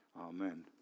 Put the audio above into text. amen